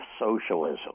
socialism